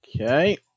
Okay